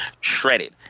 shredded